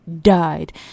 died